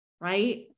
right